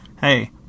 hey